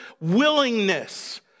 willingness